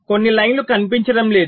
కొన్ని లైన్లు కనిపించడం లేదు